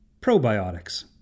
Probiotics